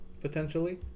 potentially